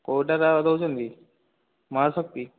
କେଉଁଟା ଦେଉଛନ୍ତି ମହାଶକ୍ତି